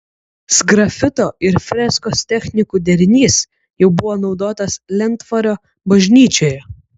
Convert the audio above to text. sgrafito ir freskos technikų derinys jau buvo naudotas lentvario bažnyčioje